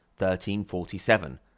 1347